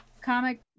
comic